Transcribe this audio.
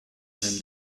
him